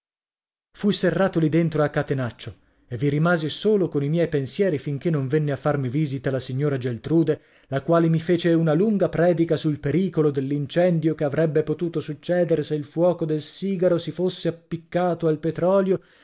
fui serrato lì dentro a catenaccio e vi rimasi solo con ì miei pensieri finché non venne a farmi visita la signora geltrude la quale mi fece una lunga predica sul pericolo dell'incendio che avrebbe potuto succedere se il fuoco del sigaro si fosse appiccato al petrolio